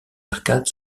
arcades